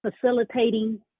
facilitating